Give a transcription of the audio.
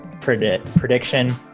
prediction